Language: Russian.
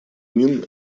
мин